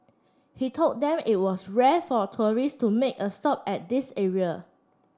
he told them that it was rare for a tourist to make a stop at this area